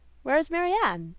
where is marianne?